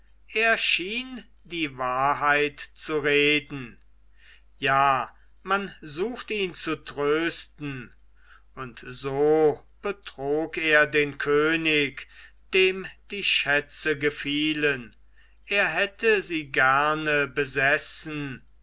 schien die wahrheit zu reden ja man sucht ihn zu trösten und so betrog er den könig dem die schätze gefielen er hätte sie gerne besessen